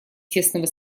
тесного